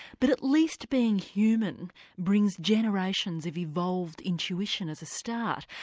but at least being human brings generations of evolved intuition as a start.